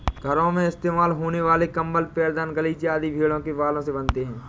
घरों में इस्तेमाल होने वाले कंबल पैरदान गलीचे आदि भेड़ों के बालों से बनते हैं